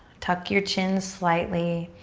tuck your chin slightly.